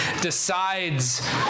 decides